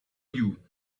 you